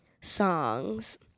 songs